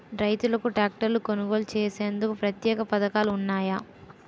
రైతులకు ట్రాక్టర్లు కొనుగోలు చేసేందుకు ప్రత్యేక పథకాలు ఉన్నాయా?